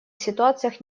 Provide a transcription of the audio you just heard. ситуациях